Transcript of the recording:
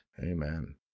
Amen